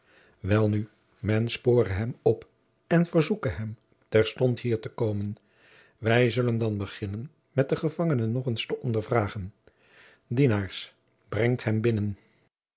welnu men spore hem op en verzoeke hem terstond hier te komen wij zullen dan beginnen met den gevangene nog eens te ondervragen dienaars brengt hem binnen